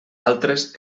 altres